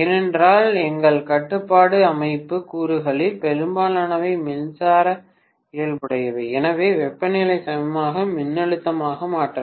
ஏனென்றால் எங்கள் கட்டுப்பாட்டு அமைப்பு கூறுகளில் பெரும்பாலானவை மின்சார இயல்புடையவை எனவே வெப்பநிலை சமமான மின்னழுத்தமாக மாற்றப்படும்